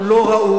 הוא לא ראוי,